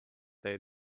they